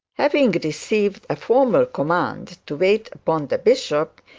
having received a formal command to wait upon the bishop,